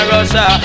Russia